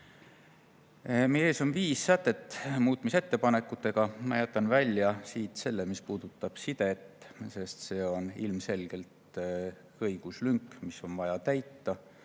Meie ees on viis sätet muutmisettepanekutega. Ma jätan välja selle, mis puudutab sidet, sest siin on ilmselgelt õiguslünk, mis on vaja täita.